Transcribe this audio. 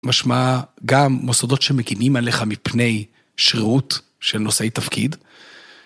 משמע גם מוסדות שמגינים עליך מפני שירות של נושאי תפקיד.